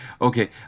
okay